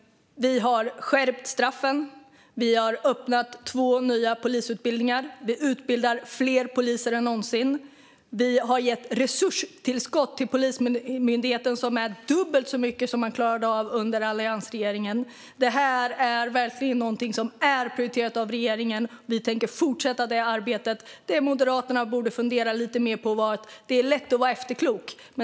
Fru talman! Vi har skärpt straffen. Vi har öppnat två nya polisutbildningar. Vi utbildar fler poliser än någonsin. Vi har gett resurstillskott till Polismyndigheten som är dubbelt så stora som man klarade av under alliansregeringen. Det här är verkligen någonting som är prioriterat av regeringen. Vi tänker fortsätta det arbetet. Det Moderaterna borde fundera lite mer över är att det är lätt att vara efterklok.